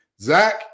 Zach